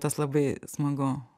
tas labai smagu